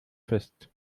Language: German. fest